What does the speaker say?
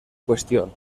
cuestión